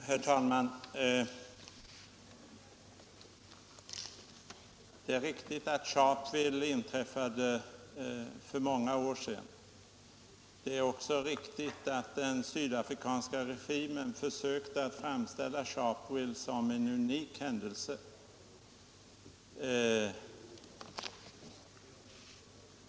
Herr talman! Det är riktigt att Sharpevillemassakern inträffade för många år sedan. Det är också riktigt att den sydafrikanska regimen försökte framställa Sharpeville som en unik händelse.